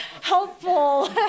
helpful